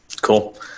Cool